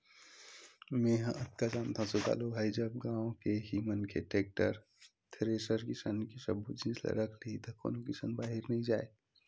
मेंहा अतका जानथव सुकालू भाई जब गाँव के ही मनखे टेक्टर, थेरेसर किसानी के सब्बो जिनिस ल रख लिही त कोनो किसान बाहिर नइ जाय